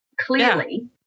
Clearly